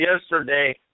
yesterday